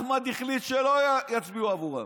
אחמד החליט שלא יצביעו עליהם.